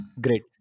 Great